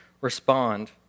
respond